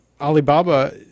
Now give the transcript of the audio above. alibaba